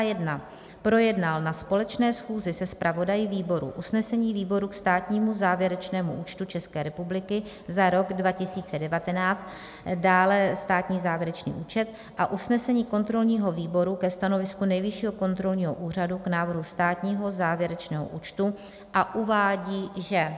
I. projednal na společné schůzi se zpravodaji výborů usnesení výborů k státnímu závěrečnému účtu České republiky za rok 2019 a usnesení kontrolního výboru ke stanovisku Nejvyššího kontrolního úřadu k návrhu státního závěrečného účtu a uvádí, že